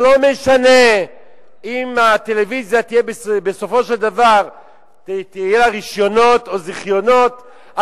זה לא משנה אם הטלוויזיה יהיו לה רשיונות או זיכיונות,